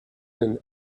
and